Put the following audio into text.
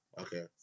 Okay